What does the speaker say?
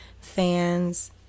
fans